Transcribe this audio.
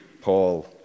Paul